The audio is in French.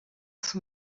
son